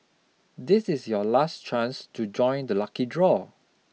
this is your last chance to join the lucky draw